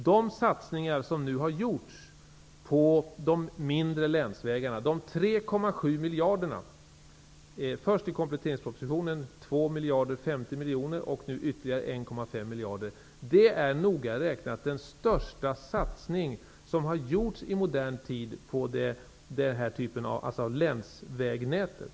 Den satsning på 3,7 miljarder -- 2 miljarder 50 miljoner anslogs i kompletteringspropositionen, och senare anslogs ytterligare 1,5 miljarder -- som nu har gjorts på de mindre länsvägarna är noga räknat den största satsningen i modern tid på länsvägnätet.